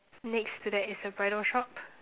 next to that is a bridal shop